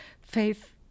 Faith